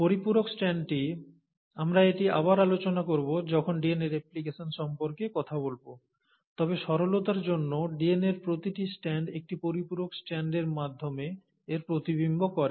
পরিপূরক স্ট্যান্ডটি আমরা এটি আবার আলোচনা করব যখন ডিএনএ রেপ্লিকেশন সম্পর্কে কথা বলব তবে সরলতার জন্য ডিএনএর প্রতিটি স্ট্র্যান্ড একটি পরিপূরক স্ট্যান্ডের মাধ্যমে এর প্রতিবিম্ব করে